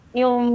yung